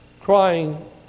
crying